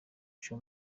cyo